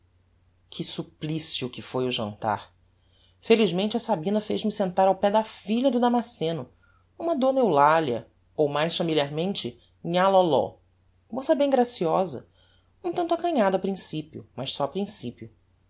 que supplicio que foi o jantar felizmente sabina fez-me sentar ao pé da filha do damasceno uma d eulalia ou mais familiarmente nhã lóló moça bem graciosa um tanto acanhada a principio mas só a principio